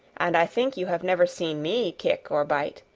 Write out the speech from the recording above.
and i think you have never seen me kick or bite.